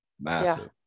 massive